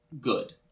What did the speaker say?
good